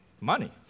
money